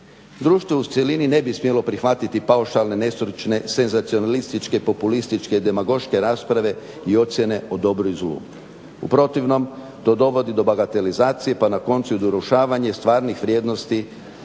Društvo u cjelini ne bi smjelo prihvatiti paušalne nestručne, senzacionalističke, populističke, demagoške rasprave i ocjene o dobru i zlu. U protivnom to dovodi do bagatelizacije pa na koncu i do urušavanja stvarnih vrijednosti,